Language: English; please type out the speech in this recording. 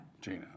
Gina